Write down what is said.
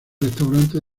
restaurantes